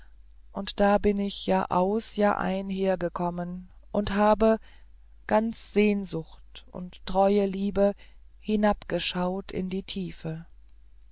und da bin ich jahraus jahrein hergekommen und habe ganz sehnsucht und treue liebe hinabgeschaut in die tiefe